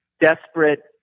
desperate